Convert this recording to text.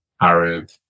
Arab